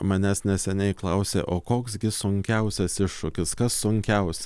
manęs neseniai klausė o koks gi sunkiausias iššūkis kas sunkiausia